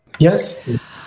Yes